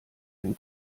dem